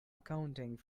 accounting